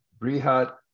Brihat